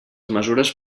mesures